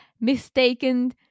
mistaken